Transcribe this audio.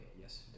yes